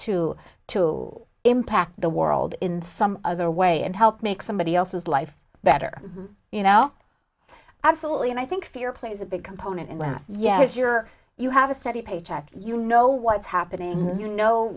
to to impact the world in some other way and help make somebody else's life better you know absolutely and i think fear plays a big component and yes you're you have a steady paycheck you know what's happening you know